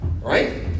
Right